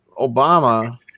Obama